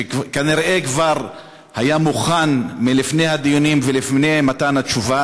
שכנראה כבר היה מוכן מלפני הדיונים ולפני מתן התשובה.